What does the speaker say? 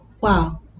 Wow